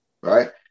right